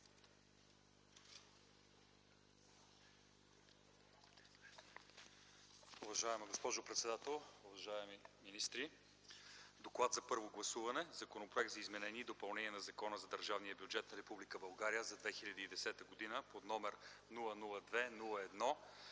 Уважаема госпожо председател, уважаеми министри! „ДОКЛАД за първо гласуване на Законопроект за изменение и допълнение на Закона за държавния бюджет на Република България за 2010 г.,№ 002-01-51,